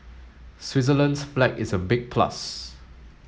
Switzerland's flag is a big plus